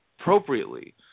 appropriately